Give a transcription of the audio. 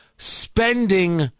Spending